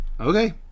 Okay